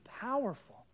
powerful